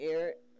Eric